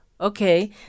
Okay